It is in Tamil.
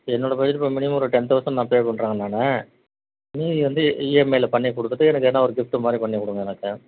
என்னோடய பட்ஜட் இப்போது மினிமம் ஒரு டென் தௌசண்ட் நான் பே பண்ணுறேன் நான் மீதி வந்து இ இஎம்ஐவில் பண்ணிக் கொடுத்துட்டு எனக்கு எதுனா ஒரு கிஃப்டு மாதிரி கொஞ்சம் கொடுங்களேன் சார்